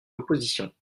l’opposition